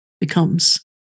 becomes